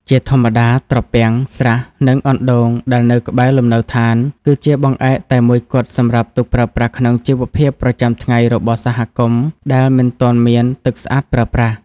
ជាធម្មតា ត្រពាំង ស្រះ និងអណ្ដូងដែលនៅក្បែរលំនៅដ្ឋាន គឺជាបង្អែកតែមួយគត់សម្រាប់ទុកប្រើប្រាស់ក្នុងជីវភាពប្រចាំថ្ងៃរបស់សហគមន៍ដែលមិនទាន់មានទឹកស្អាតប្រើប្រាស់។